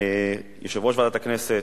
יושב-ראש ועדת הכנסת,